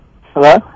Hello